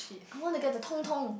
I want to get the